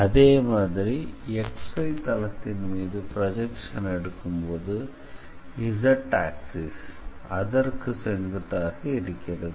அதே மாதிரி xy தளத்தின் மீது ப்ரொஜெக்ஷன் எடுக்கும்போது z ஆக்சிஸ் அதற்கு செங்குத்தாக இருக்கிறது